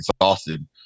exhausted